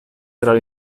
tra